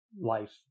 life